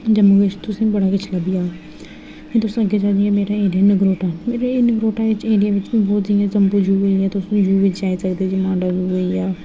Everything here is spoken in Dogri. जम्मू बिच तुसें गी बड़ा किश लब्भी जाह्ग ते तुस अग्गें चली जाह्गे नगरोटा नगरोटा बिच एरिया बिच बहोत जि'यां जम्बू ज़ू लब्भी जाना तुस जम्बू जू बिच जाई सकदे जि'यां मांडा जू होइया